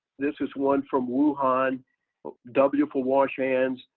this is one from wuhan w for wash hands,